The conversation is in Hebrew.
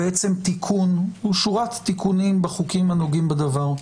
הוא שורת תיקונים בחוקים הנוגעים בדבר.